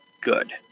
good